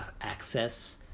access